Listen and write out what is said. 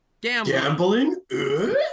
Gambling